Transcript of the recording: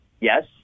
Yes